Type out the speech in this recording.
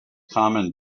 common